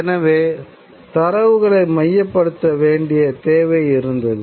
எனவே தரவுகளை மையப்படுத்த வேண்டிய தேவை இருந்தது